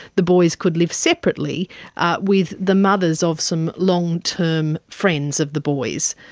the boys could live separately with the mothers of some long-term friends of the boys.